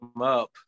up